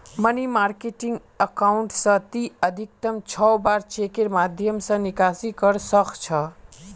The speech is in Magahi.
मनी मार्किट अकाउंट स ती अधिकतम छह बार चेकेर माध्यम स निकासी कर सख छ